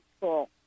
school